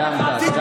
סיימת.